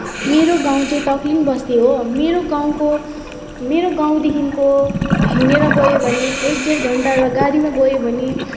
मेरो गाउँ चाहिँ तकलिङ बस्ती हो मेरो गाउँको मेरो गाउँदेखिको हिँडेर गयो भने एक डेढ घण्टा र गाडीमा गयो भने